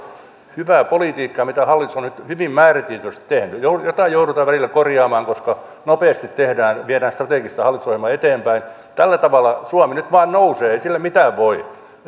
hyvää politiikkaa mitä hallitus on nyt hyvin määrätietoisesti tehnyt jotain joudutaan välillä korjaamaan koska nopeasti viedään strategista hallitusohjelmaa eteenpäin tällä tavalla suomi nyt vain nousee ei sille mitään voi